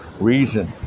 reason